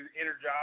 energized